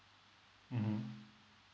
mmhmm